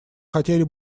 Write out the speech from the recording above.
хотели